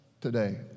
today